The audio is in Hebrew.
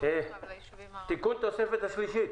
תיקון התוספת השלישית.